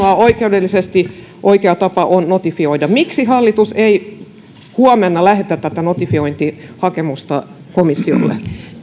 oikeudellisesti oikea tapa on notifioida miksi hallitus ei huomenna lähetä tätä notifiointihakemusta komissiolle